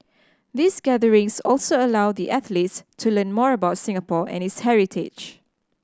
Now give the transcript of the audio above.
these gatherings also allow the athletes to learn more about Singapore and its heritage